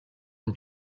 and